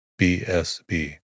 BSB